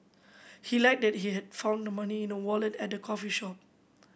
he lied that he had found the money in a wallet at the coffee shop